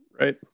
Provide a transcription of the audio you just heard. Right